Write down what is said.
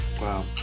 wow